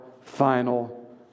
final